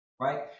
Right